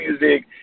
music